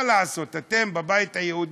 מה לעשות, אתם, בבית היהודי,